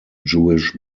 jewish